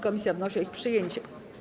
Komisja wnosi o ich przyjęcie.